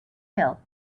hill